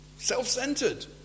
self-centered